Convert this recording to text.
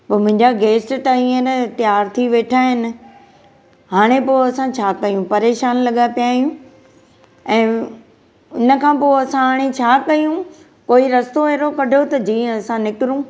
पर मुंहिंजा गेस्ट त हींअर तयार थी वेठा आहिनि हाणे पोइ असां छा कयूं परेशानु लॻा पिया आहियूं ऐं हुनखां पोइ असां हाणे छा कयूं कोई रस्तो अहिड़ो कढो त जीअं असां निकरूं